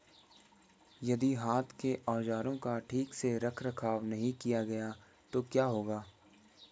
यदि हाथ के औजारों का ठीक से रखरखाव नहीं किया गया तो क्या होगा?